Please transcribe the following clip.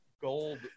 Gold